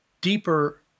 deeper